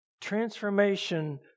Transformation